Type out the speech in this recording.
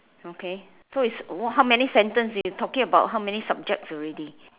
okay so it's wh~ how many sentence you talking about how many subjects already